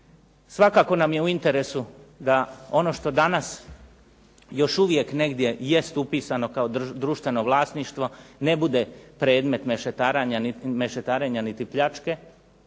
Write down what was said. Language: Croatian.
Svakako nam je u interesu da ono što danas još uvijek negdje jest upisano kao društveno vlasništvo ne bude predmet mešetarenja niti pljačke